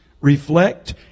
reflect